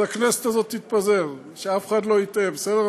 הכנסת הזאת תתפזר, שאף אחד לא יטעה, בסדר?